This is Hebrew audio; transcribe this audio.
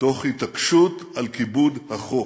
תוך התעקשות על כיבוד החוק.